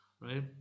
right